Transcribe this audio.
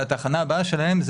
55% מתוך זה, זה